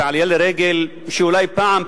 בעלייה לרגל שאולי פעם,